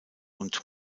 und